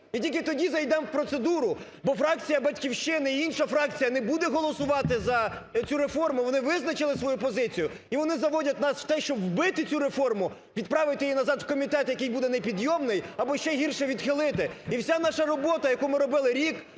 і тільки тоді зайдемо в процедуру. Бо фракція "Батьківщини" і інша фракція не буде голосувати за цю реформу, вони визначили свою позицію, і вони заводять нас в те, що вбити цю реформу, відправити її назад у комітет, який буде не підйомний або ще гірше – відхилити. І вся наша робота, яку ми робили рік,